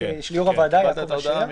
יו"ר הוועדה יעקב אשר.